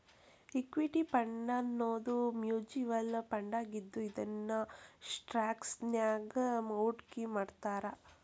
equity ಫಂಡನ್ನೋದು mutual ಫಂಡಾಗಿದ್ದು ಇದನ್ನ ಸ್ಟಾಕ್ಸ್ನ್ಯಾಗ್ ಹೂಡ್ಕಿಮಾಡ್ತಾರ